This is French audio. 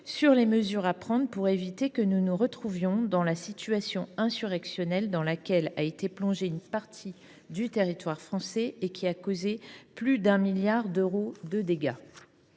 sur les mesures à prendre pour éviter une nouvelle situation insurrectionnelle, comme celle dans laquelle a été plongée une partie du territoire français et qui a causé plus de 1 milliard d’euros de dégâts.